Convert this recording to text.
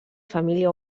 família